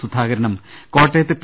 സുധാകരനും കോട്ടയത്ത് പി